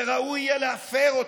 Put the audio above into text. וראוי יהיה להפר אותו.